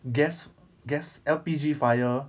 gas gas L_P_G fire